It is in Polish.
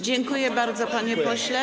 Dziękuję bardzo, panie pośle.